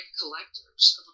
collectors